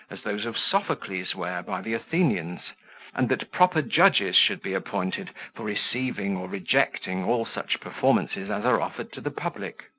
as those of sophocles were by the athenians and that proper judges should be appointed for receiving or rejecting all such performances as are offered to the public.